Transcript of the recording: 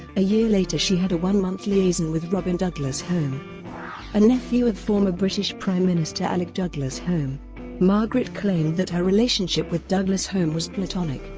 a year later she had a one-month liaison with robin douglas-home, a nephew of former british prime minister alec douglas-home. margaret claimed that her relationship with douglas-home was platonic,